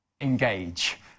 engage